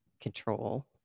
control